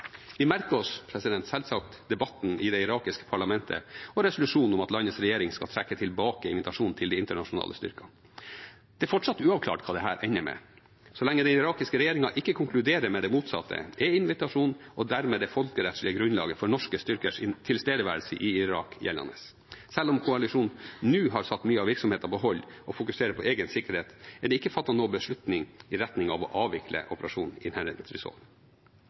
Vi merker oss selvsagt debatten i det irakiske parlamentet og resolusjonen om at landets regjering skal trekke tilbake invitasjonen til de internasjonale styrkene. Det er fortsatt uavklart hva dette ender med. Så lenge den irakiske regjeringen ikke konkluderer med det motsatte, er invitasjonen og dermed det folkerettslige grunnlaget for norske styrkers tilstedeværelse i Irak gjeldende. Selv om koalisjonen nå har satt mye av virksomheten på hold og fokuserer på egen sikkerhet, er det ikke fattet noen beslutning i retning av å avvikle